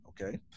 Okay